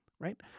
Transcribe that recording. right